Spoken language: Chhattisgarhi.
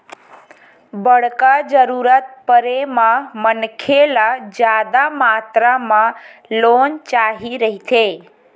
बड़का जरूरत परे म मनखे ल जादा मातरा म लोन चाही रहिथे